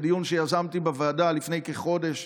בדיון שיזמתי בוועדה לפני כחודש,